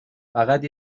فقط